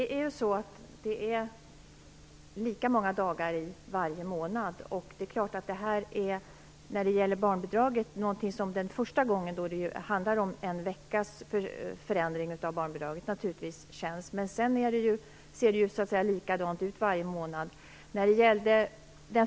Fru talman! Det är lika många dagar i varje månad. Första gången, när det handlade om en veckas förändring av utbetalningsdagen för barnbidraget, känns detta naturligtvis. Men sedan ser det ju så att säga likadant ut varje månad.